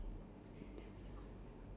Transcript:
so called normal superpower